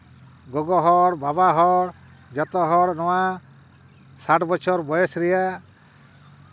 ᱜᱚᱜᱚ ᱦᱚᱲ ᱵᱟᱵᱟ ᱦᱚᱲ ᱡᱚᱛᱚ ᱦᱚᱲ ᱱᱚᱣᱟ ᱥᱟᱴ ᱵᱚᱪᱷᱚᱨ ᱵᱚᱭᱮᱥ ᱨᱮᱭᱟᱜ